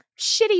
shitty